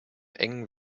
engen